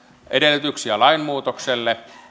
edellytyksiä lainmuutokselle